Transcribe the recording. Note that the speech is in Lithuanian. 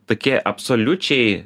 tokie absoliučiai